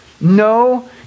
No